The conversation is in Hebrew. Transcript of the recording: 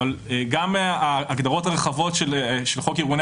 אבל גם ההגדרות הרחבות של חוק ארגוני